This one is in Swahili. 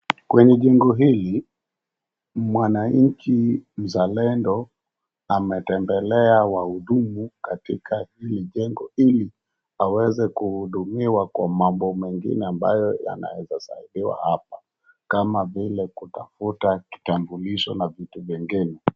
Kwenye jengo hili, mwananchi mzalendo ametembelea wahudumu katika jengo hili ili aweze kuhudumiwa kwa mambo mengine ambayo yanaweza saidiwa hapa kama vile kutafuta kitambulisho na vitu vingene.